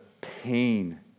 pain